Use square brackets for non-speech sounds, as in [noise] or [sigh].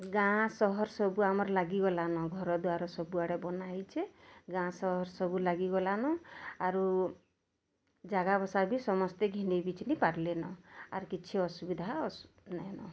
ଗାଁ ସହର୍ ସବୁ ଆମର୍ ଲାଗି ଗଲାନ ଘର ଦ୍ଵାର ସବୁ ଆଡ଼େ ବନା ହୋଇଛେ ଗା ସହର ସବୁ ଲାଗି ଗଲାନ ଆରୁ ଜାଗା ବସା ବି ସମସ୍ତେ ଘିନି [unintelligible] ପାର୍ ଲେନ ଆର୍ କିଛି ଅସୁବିଧା ସୁ ନାଇଁନ